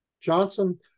Johnson